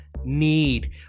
need